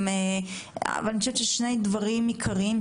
אבל יש שני דברים עיקריים,